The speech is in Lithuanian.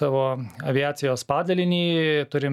savo aviacijos padalinį turim